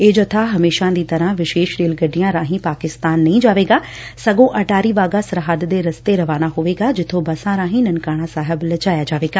ਇਹ ਜੱਬਾ ਹਮੇਸ਼ਾਂ ਦੀ ਤਰਾਂ ਵਿਸ਼ੇਸ਼ ਰੇਲ ਗੱਡੀਆਂ ਰਾਹੀਂ ਪਾਕਿਸਤਾਨ ਨਹੀ ਜਾਵੇਗਾ ਸਗੱ ਅਟਾਰੀ ਵਾਘਾ ਸੱਰਹਦ ਦੇ ਰਸਤੇ ਰਵਾਨਾ ਹੋਵੇਗਾ ਜਿਥੋਂ ਬਸਾਂ ਰਾਹੀ ਨਨਕਾਣਾ ਸਾਹਿਬ ਲਿਜਾਇਆ ਜਾਵੇਗਾ